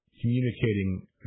communicating